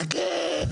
חכה,